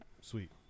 Sweet